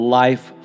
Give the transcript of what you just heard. life